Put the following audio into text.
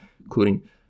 including